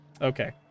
Okay